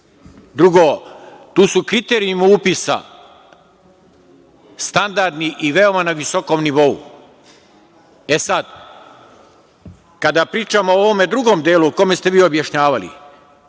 Drugo, tu su kriterijumi upisa standardni i veoma na visokom nivou. Sad, kada pričamo o ovom drugom delu, o kome ste vi objašnjavali,